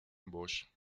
bosch